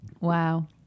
Wow